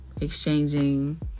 exchanging